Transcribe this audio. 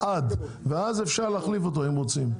ואז אפשר להחליף אותו אם רוצים.